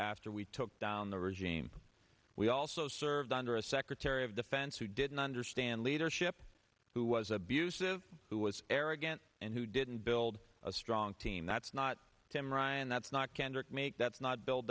after we took down the regime we also served under a secretary of defense who didn't understand leadership who was abusive who was arrogant and who didn't build a strong team that's not tim ryan that's not kendrick meek that's not bil